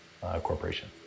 corporation